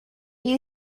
you